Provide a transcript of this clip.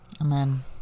amen